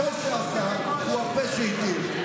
הפה שאסר הוא הפה שהתיר.